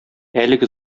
әлеге